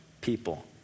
people